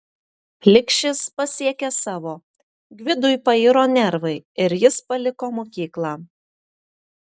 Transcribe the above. plikšis pasiekė savo gvidui pairo nervai ir jis paliko mokyklą